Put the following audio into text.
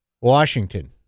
Washington